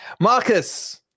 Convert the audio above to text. Marcus